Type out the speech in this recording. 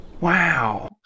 Wow